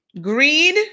greed